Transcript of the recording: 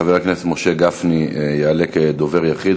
חבר הכנסת משה גפני יעלה כדובר יחיד,